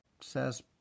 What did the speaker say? says